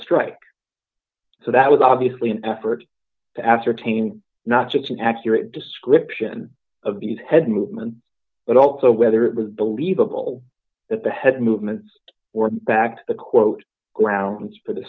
strike so that was obviously an effort to ascertain not just an accurate description of the head movement but also whether it was believable that the head movements or the fact the quote grounds for the